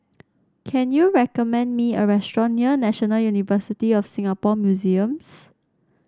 can you recommend me a restaurant near National University of Singapore Museums